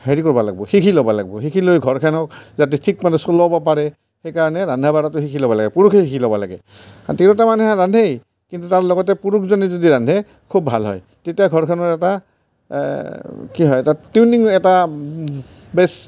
হেৰি কৰিব লাগিব শিকি ল'ব লাগিব শিকি লৈ ঘৰখনক যাতে ঠিকমতে চলাব পাৰে সেইকাৰণে ৰন্ধা বঢ়াটো শিকি ল'ব লাগে পুৰুষে শিকি ল'ব লাগে তিৰোতা মানুহে ৰান্ধেই কিন্তু তাৰ লগতে পুৰুষজনে যদি ৰান্ধে খুব ভাল হয় তেতিয়া ঘৰখনত এটা কি হয় এটা টিউনিং এটা বেছ